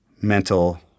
mental